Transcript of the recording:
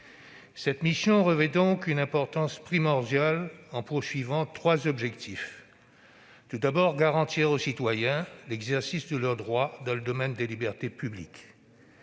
Cette mission revêt donc une importance primordiale, en visant trois objectifs : garantir aux citoyens l'exercice de leurs droits dans le domaine des libertés publiques